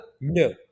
No